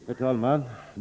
Herr talman!